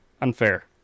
Unfair